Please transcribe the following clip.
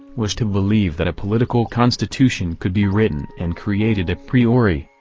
was to believe that a political constitution could be written and created a priori,